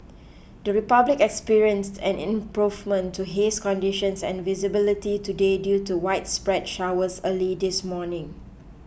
the Republic experienced an improvement to haze conditions and visibility today due to widespread showers early this morning